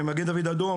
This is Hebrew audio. מגן דוד אדום,